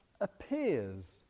appears